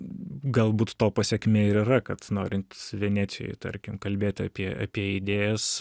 galbūt to pasekmė ir yra kad norint venecijoj tarkim kalbėt apie apie idėjas